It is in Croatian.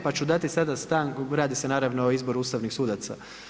Pa ću dati sada stanku, radi se naravno o izboru ustavnih sudaca.